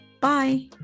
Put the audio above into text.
bye